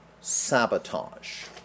Sabotage